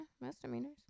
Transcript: misdemeanors